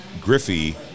Griffey